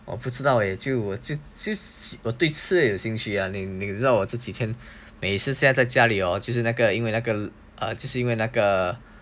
我不知道 leh 就这我对吃的有兴趣啊你知道我这几天每次现在在家里哦就是那个因为那个就是因为那个